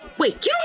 Wait